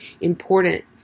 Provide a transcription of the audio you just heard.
important